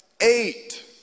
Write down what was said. eight